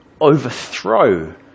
overthrow